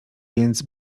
więc